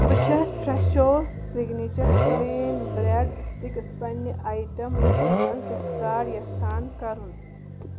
بہٕ چھَس Fresho signature plain bread six پنِنہِ آیٹم لسٹ منٛز ڈسکاڑ یژھان کرُن